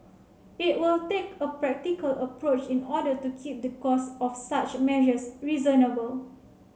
it will take a practical approach in order to keep the cost of such measures reasonable